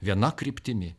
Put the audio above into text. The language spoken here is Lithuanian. viena kryptimi